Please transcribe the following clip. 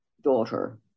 daughter